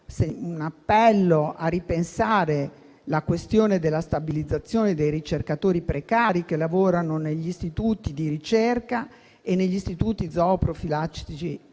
un appello a ripensare la questione della stabilizzazione dei ricercatori precari che lavorano negli istituti di ricerca e negli istituti zooprofilattici